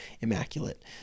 Immaculate